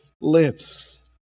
lips